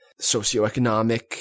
socioeconomic